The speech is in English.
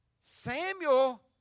Samuel